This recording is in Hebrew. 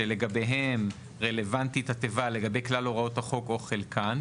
שלגביהם רלוונטית התיבה לגבי כלל הוראות החוק או חלקן.